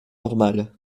normal